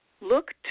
look